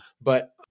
But-